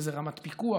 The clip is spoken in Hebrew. איזו רמת פיקוח,